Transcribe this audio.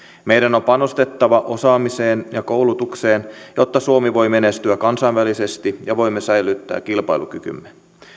meidän on panostettava osaamiseen ja koulutukseen jotta suomi voi menestyä kansainvälisesti ja voimme säilyttää kilpailukykymme